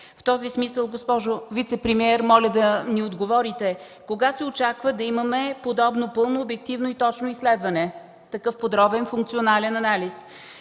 В този смисъл, госпожо вицепремиер, моля да ни отговорите: кога се очаква да имаме подобно пълно, обективно и точно изследване, такъв подробен функционален анализ?